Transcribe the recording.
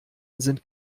sind